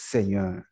Seigneur